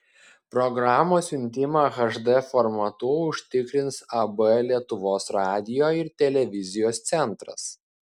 programos siuntimą hd formatu užtikrins ab lietuvos radijo ir televizijos centras